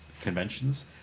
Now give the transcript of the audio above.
conventions